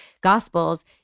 gospels